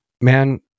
Man